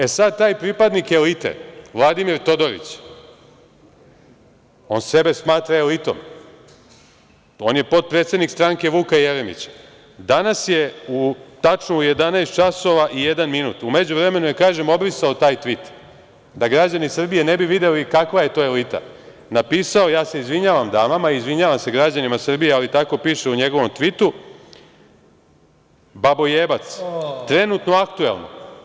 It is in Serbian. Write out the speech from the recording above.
E sad, taj pripadnik elite Vladimir Todorić, on sebe smatra elitom, on je potpredsednik stranke Vuka Jeremića, danas je tačno u 11.01 časova, u međuvremenu je, kažem, obrisao taj tvit, da građani Srbije ne bi videli kakva je to elita, napisao, ja se izvinjavam damama i izvinjavam se građanima Srbije, ali tako piše u njegovom tvitu – baboje*ac, trenutno aktuelan.